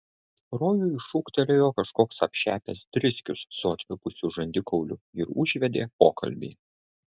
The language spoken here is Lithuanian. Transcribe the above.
rojui šūktelėjo kažkoks apšepęs driskius su atvipusiu žandikauliu ir užvedė pokalbį